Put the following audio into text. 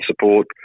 support